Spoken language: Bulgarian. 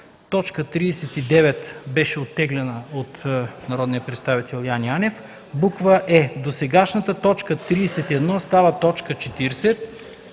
Точка 39 беше оттеглена от народния представител Яне Янев. е) досегашната т. 31 става т. 40.